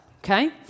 Okay